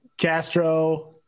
Castro